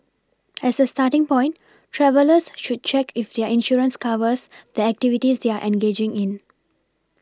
as a starting point travellers should check if their insurance covers the activities they are engaging in